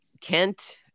Kent